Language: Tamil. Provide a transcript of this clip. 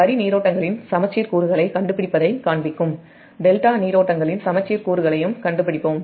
வரி நீரோட்டங்களின் சமச்சீர் கூறுகளைக் கண்டுபிடிப்பதைக் காண்பிக்கும் டெல்டா நீரோட்டங்களின் சமச்சீர் கூறுகளையும் கண்டுபிடிப்போம்